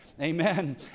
amen